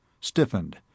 stiffened